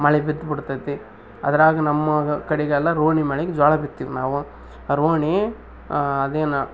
ಮಳೆ ಬಿತ್ತು ಬಿಡ್ತತಿ ಅದ್ರಾಗ ನಮ್ಮಾಗ ಕಡಿಗೆಲ್ಲ ರೋಹಿಣಿ ಮಳೆಗ್ ಜೋಳ ಬಿತ್ತಿವಿ ನಾವು ರೋಹಿಣಿ ಅದೇನು